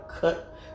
cut